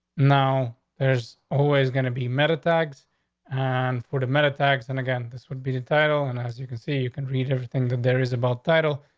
now there's always gonna be meta tags and for the met attacks. and again, this would be the title. and as you can see, you can read everything that there is about title.